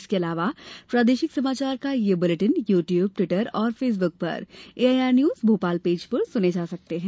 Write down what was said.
इसके अलावा प्रादेशिक समाचार बुलेटिन यू ट्यूब ट्विटर और फेसबुक पर एआईआर न्यूज भोपाल पेज पर सुने जा सकते हैं